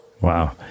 Wow